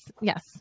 Yes